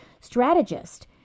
strategist